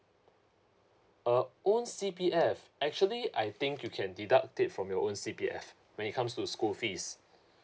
uh own C_P_F actually I think you can deduct it from your own C_P_F when it comes to school fees